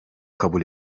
kabul